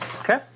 Okay